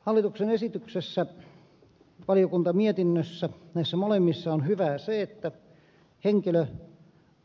hallituksen esityksessä ja valiokuntamietinnössä näissä molemmissa on hyvää se että henkilö